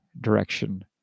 direction